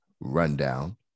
rundown